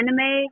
anime